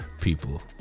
people